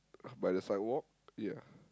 by the side walk ya